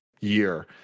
year